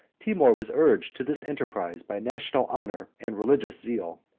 timour was urged to this enterprise by national honor and religious zeal.